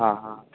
હા હા